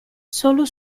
solo